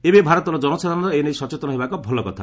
ଏବେ ଭାରତର ଜନସାଧାରଣ ଏ ନେଇ ସଚେତନ ହେବା ଏକ ଭଲ କଥା